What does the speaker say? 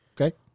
Okay